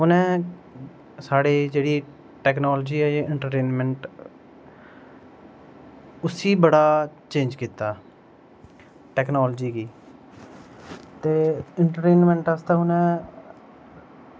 उनें साढ़े जेह्ड़े टेक्नोलॉज़ी ते एंटरटेनमेंट उसी बड़ा चेंज़ कीता टेक्नोलॉज़ी गी ते एंटरटेनमेंट आस्तै उ'नें